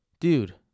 Dude